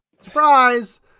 surprise